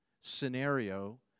scenario